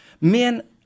Men